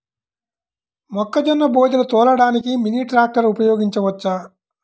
మొక్కజొన్న బోదెలు తోలడానికి మినీ ట్రాక్టర్ ఉపయోగించవచ్చా?